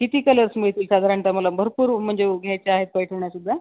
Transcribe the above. किती कलर्स मिळतील साधारणतः मला भरपूर म्हणजे घ्यायच्या आहेत पैठण्यासुद्धा